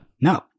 no